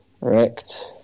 Correct